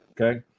okay